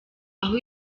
aho